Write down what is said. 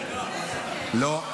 לא.